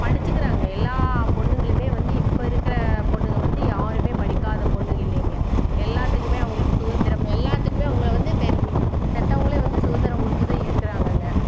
படிச்சுக்கிறாங்க எல்லா பொண்ணுங்களுமே வந்து இப்போ இருக்கிற பொண்ணுங்க வந்து யாருமே படிக்காத பொண்ணுங்க இல்லைங்க எல்லாத்துக்குமே அவங்களுக்கு சுதந்திரம் எல்லாத்துக்குமே அவங்கள வந்து பெட் பெற்றவங்களே வந்து சுதந்திரம் கொடுத்து தான் இருக்கிறாங்கங்க